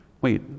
wait